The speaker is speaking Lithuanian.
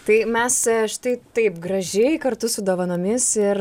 tai mes štai taip gražiai kartu su dovanomis ir